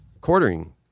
quartering